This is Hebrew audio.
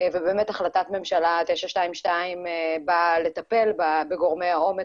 ובאמת החלטת הממשלה 922 באה לטפל בגורמי העומק